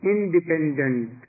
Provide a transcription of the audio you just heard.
Independent